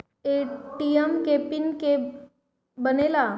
ATM के PIN के के बनेला?